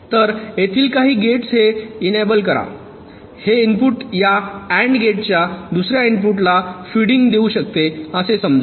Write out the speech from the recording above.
तर येथिल काही गेट्स हे इनेबल करा हे इनपुट या AND गेटच्या दुसर्या इनपुटला फिडींग देऊ शकते असे समजू